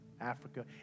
Africa